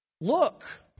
Look